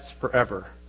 forever